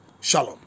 Shalom